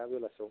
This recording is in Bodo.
दा बेलासियाव